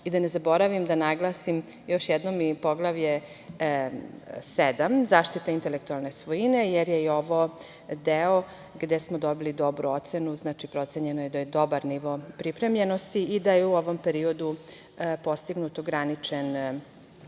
ne zaboravim da naglasim još jednom Poglavlje 7 – zaštita intelektualne svojine, jer je ovo deo gde smo dobili dobru ocenu. Procenjeno je da je dobar nivo pripremljenosti i da je u ovom periodu postignut ograničen